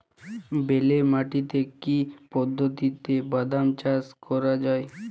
বেলে মাটিতে কি পদ্ধতিতে বাদাম চাষ করা যায়?